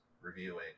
reviewing